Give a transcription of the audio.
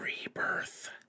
Rebirth